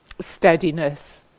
steadiness